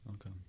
okay